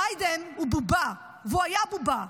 ביידן הוא בובה, והוא היה בובה.